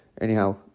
Anyhow